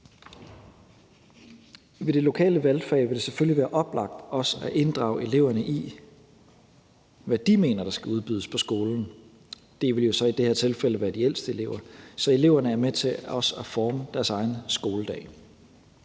Ved det lokale valgfag vil det selvfølgelig være oplagt også at inddrage eleverne i, hvad de mener der skal udbydes på skolen – det vil så i det her tilfælde være de ældste elever – så eleverne også er med til at forme deres egen skoledag.